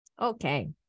Okay